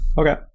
Okay